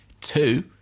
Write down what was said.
two